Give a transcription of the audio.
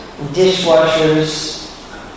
Dishwashers